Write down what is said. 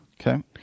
Okay